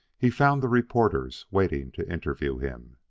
he found the reporters waiting to interview him.